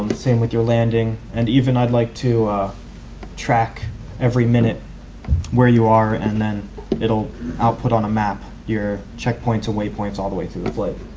same with your landing and even i'd like to track every minute where you are and then it'll output on a map your checkpoints and weight points all the way through the flight.